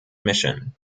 mission